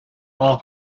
all